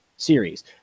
series